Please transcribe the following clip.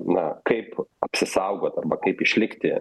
na kaip apsisaugot arba kaip išlikti